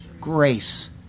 Grace